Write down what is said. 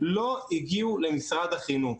לא הגיעו למשרד החינוך.